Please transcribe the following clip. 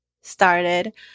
started